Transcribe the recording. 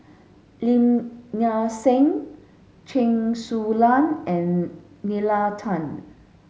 Lim Nang Seng Chen Su Lan and Nalla Tan